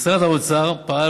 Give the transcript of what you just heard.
משרד האוצר פעל,